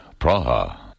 Praha